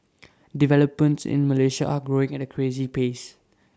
developments in Malaysia are growing at A crazy pace